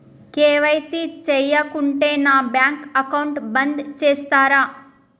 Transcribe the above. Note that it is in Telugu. కే.వై.సీ చేయకుంటే నా బ్యాంక్ అకౌంట్ బంద్ చేస్తరా?